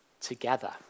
Together